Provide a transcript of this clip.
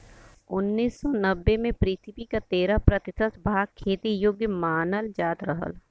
उन्नीस सौ नब्बे में पृथ्वी क तेरह प्रतिशत भाग खेती योग्य मानल जात रहल